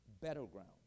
battleground